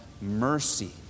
mercy